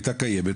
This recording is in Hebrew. היא הייתה קיימת,